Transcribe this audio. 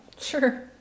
Sure